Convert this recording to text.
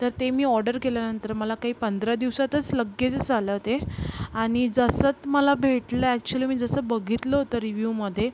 तर ते मी ऑडर केल्यानंतर मला काही पंधरा दिवसातच लगेचच आलं ते आणि जसं तर मला भेटलं ॲच्च्युली मी जसं बघितलं होतं रिव्यूमध्ये